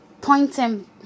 pointing